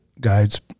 guides